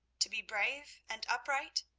to be brave and upright?